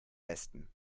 besten